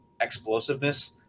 explosiveness